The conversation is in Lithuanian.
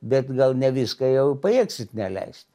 bet gal ne viską jau pajėgsit neleist